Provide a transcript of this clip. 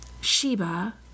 Sheba